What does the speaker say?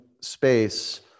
space